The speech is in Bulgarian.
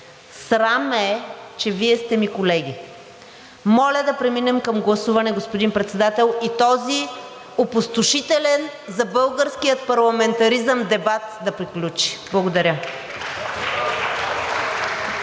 срам ме е, че Вие сте ми колеги. Моля да преминем към гласуване, господин Председател, и този опустошителен за българския парламентаризъм дебат да приключи. Благодаря.